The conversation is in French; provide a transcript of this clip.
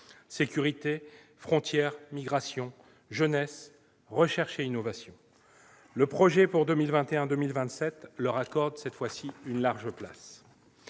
sécurité, frontières et migrations, jeunesse, recherche et innovation. Le projet pour 2021-2027 leur accorde une large place.